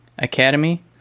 Academy